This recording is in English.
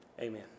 Amen